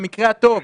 במקרה הטוב,